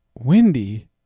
Windy